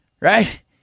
right